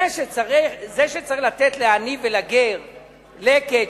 זה שצריך לתת לעני ולגר לקט,